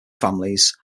families